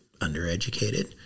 undereducated